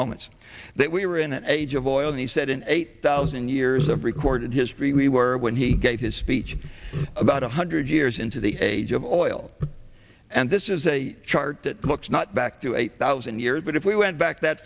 moments that we were in an age of oil and he said in eight thousand years of recorded history we were when he gave his speech about one hundred years into the age of oil and this is a chart that looks not back to eight thousand years but if we went back that